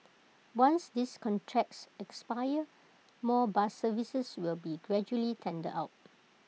once these contracts expire more bus services will be gradually tendered out